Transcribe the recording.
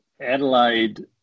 Adelaide